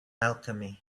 alchemy